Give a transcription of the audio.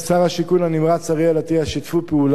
השיכון הנמרץ אריאל אטיאס שיתפו פעולה,